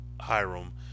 Hiram